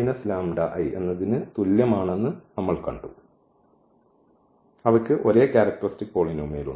അതിനാൽ ഈ ന് തുല്യമാണെന്ന് നമ്മൾ കണ്ടു അതിനാൽ അവയ്ക്ക് ഒരേ ക്യാരക്ടറിസ്റ്റിക് പോളിനോമിയൽ ഉണ്ട്